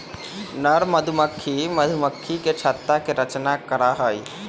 नर मधुमक्खी मधुमक्खी के छत्ता के रचना करा हई